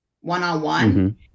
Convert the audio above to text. one-on-one